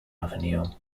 avenue